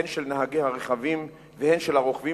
הן של נהגי הרכבים והן של הרוכבים,